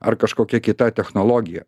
ar kažkokia kita technologija